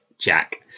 Jack